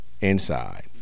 inside